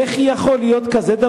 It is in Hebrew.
איך יכול להיות דבר כזה,